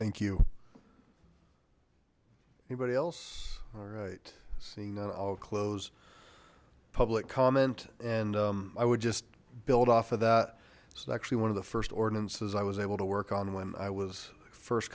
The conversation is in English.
thank you anybody else all right seeing i'll close public comment and i would just build off of that it's actually one of the first ordinances i was able to work on when i was first